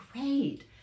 great